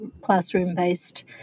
classroom-based